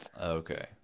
Okay